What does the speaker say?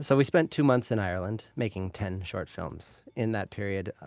so we spent two months in ireland making ten short films. in that period,